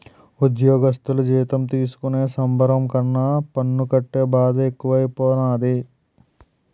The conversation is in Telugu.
ఉజ్జోగస్థులు జీతం తీసుకునే సంబరం కన్నా పన్ను కట్టే బాదే ఎక్కువైపోనాది